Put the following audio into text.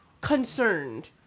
Concerned